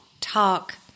talk